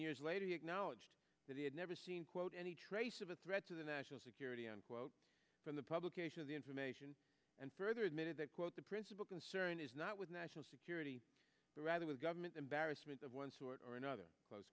years later he acknowledged that he had never seen quote any trace of a threat to the national security unquote from the publication of the information and further admitted that quote the principal concern is not with national security but rather with government embarrassment of one sort or another close